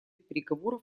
переговоров